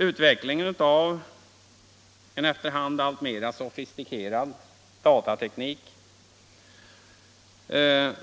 Utvecklingen av en efter hand alltmera sofistikerad datateknik,